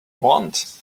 want